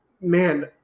man